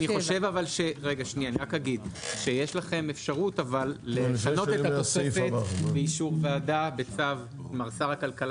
אבל יש לכם אפשרות לשנות את התוספת באישור ועדה בצו שר הכלכלה